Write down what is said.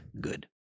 good